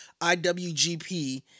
IWGP